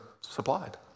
supplied